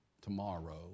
tomorrow